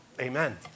Amen